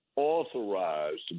Authorized